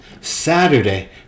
Saturday